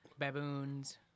Baboons